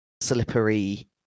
slippery